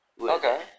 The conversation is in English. Okay